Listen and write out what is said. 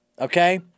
okay